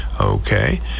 Okay